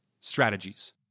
strategies